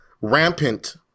rampant